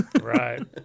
Right